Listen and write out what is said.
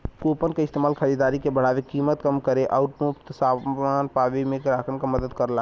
coupon क इस्तेमाल खरीदारी के बढ़ावे, कीमत कम करे आउर मुफ्त समान पावे में ग्राहकन क मदद करला